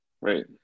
Right